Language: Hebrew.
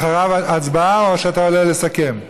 אחריו הצבעה או שאתה עולה לסכם?